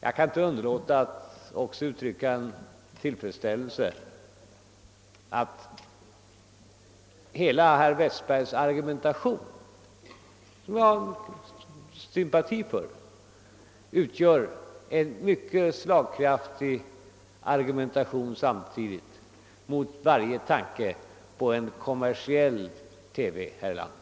Jag kan inte underlåta att också uttrycka min tillfredsställelse över att herr Westbergs hela argumentation, som jag har sympati för, samtidigt utgör ett mycket kraftigt slag mot varje tanke på kommersiell TV i vårt land.